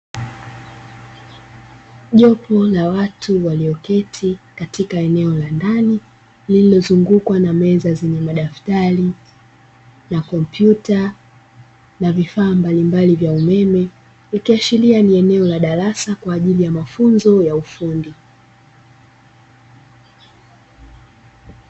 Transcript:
Jopo la watu walioketi katika eneo la ndani lililozungukwa na meza zenye madftari, kompyuta na vifaa mbalimbali vya umeme ikiashiria kuwa ni eneo la darasa kwa ajili ya mafunzo ya ufundi.